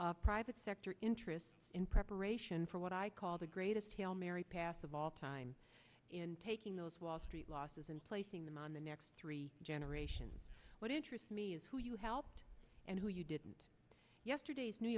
of private sector interest in preparation for what i call the greatest hail mary pass of all time in taking those wall street losses and placing them on the next three generations what interests me is who you helped and who you didn't yesterday's new